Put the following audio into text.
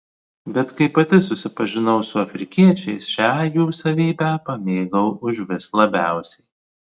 bet kai pati susipažinau su afrikiečiais šią jų savybę pamėgau užvis labiausiai